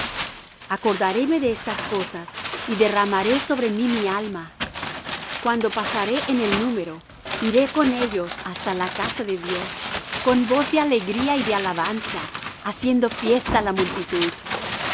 dios acordaréme de estas cosas y derramaré sobre mí mi alma cuando pasaré en el número iré con ellos hasta la casa de dios con voz de alegría y de alabanza haciendo fiesta la multitud